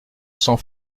cent